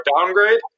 downgrade